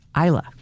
Isla